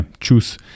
choose